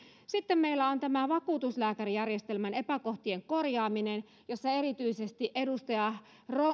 sitten meillä on vakuutuslääkärijärjestelmän epäkohtien korjaaminen jossa erityisesti edustaja